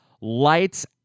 Lights